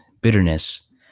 bitterness